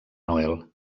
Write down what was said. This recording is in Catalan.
noel